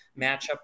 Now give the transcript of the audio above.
matchup